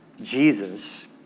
Jesus